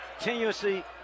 continuously